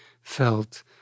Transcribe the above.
felt